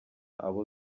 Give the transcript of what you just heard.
abo